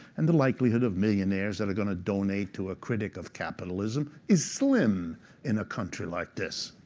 and the likelihood of millionaires that are going to donate to a critic of capitalism is slim in a country like this.